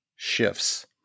shifts